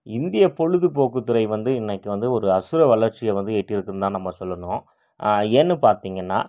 இந்திய பொழுதுபோக்கு துறை வந்து இன்றைக்கு வந்து ஒரு அசுர வளர்ச்சியை வந்து எட்டி இருக்குன்னு தான் நம்ம சொல்லணும் ஏன்னு பார்த்திங்கன்னா